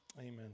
Amen